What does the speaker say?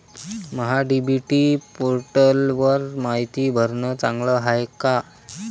महा DBT पोर्टलवर मायती भरनं चांगलं हाये का?